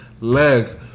legs